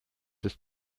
ist